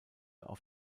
auf